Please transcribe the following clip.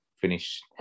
finish